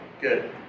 Good